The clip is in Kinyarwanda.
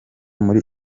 muri